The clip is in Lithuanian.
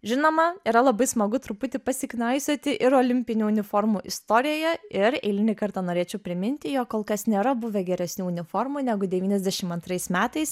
žinoma yra labai smagu truputį pasiknaisioti ir olimpinių uniformų istorijoje ir eilinį kartą norėčiau priminti jog kol kas nėra buvę geresnių uniformų negu devyniasdešim antrais metais